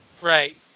Right